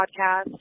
podcast